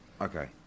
Okay